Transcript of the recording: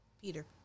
Peter